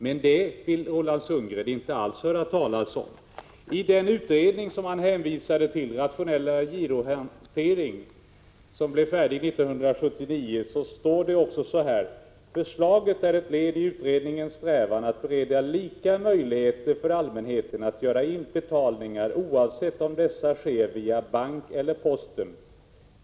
Men det vill Roland Sundgren inte alls höra talas om. I det utredningsbetänkande som Roland Sundgren hänvisade till, Rationellare girohantering, som blev färdigt 1979, står det: ”Förslaget är ett led i utredningens strävan att bereda lika möjligheter för allmänheten att göra betalningar oavsett om dessa sker via bank eller posten.